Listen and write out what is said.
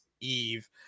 Eve